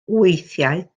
weithiau